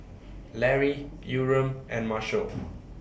Lary Yurem and Marshal